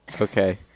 okay